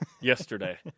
yesterday